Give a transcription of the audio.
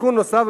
כתיקון נוסף,